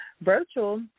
virtual